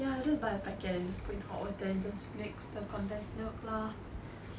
ya just buy a packet and just put in hot water and just mix the condensed milk lah